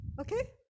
Okay